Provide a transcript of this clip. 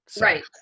Right